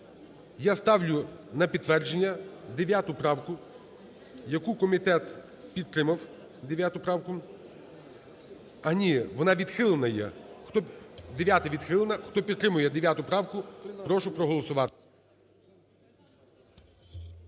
Я ставлю на підтвердження 9 правку, яку комітет підтримав, 9 правку. А, ні, вона відхилена є. 9-а – відхилена. Хто підтримує 9 правку, прошу проголосувати.